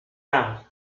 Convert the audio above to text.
âmes